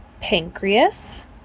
pancreas